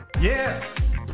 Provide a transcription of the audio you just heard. Yes